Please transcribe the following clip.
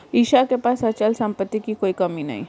ईशा के पास अचल संपत्ति की कोई कमी नहीं है